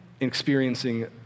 experiencing